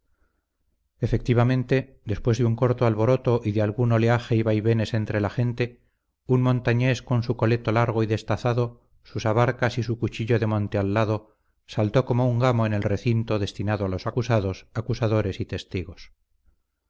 efectivamente después de un corto alboroto y de algún oleaje y vaivenes entre la gente un montañés con su coleto largo y destazado sus abarcas y su cuchillo de monte al lado saltó como un gamo en el recinto destinado a los acusados acusadores y testigos